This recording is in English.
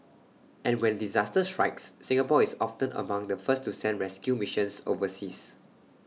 and when disaster strikes Singapore is often among the first to send rescue missions overseas